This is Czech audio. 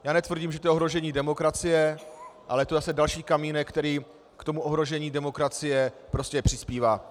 Já netvrdím, že to je ohrožení demokracie, ale je to zase další kamínek, který k ohrožení demokracie prostě přispívá.